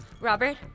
Robert